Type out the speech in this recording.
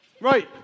Right